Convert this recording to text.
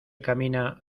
camina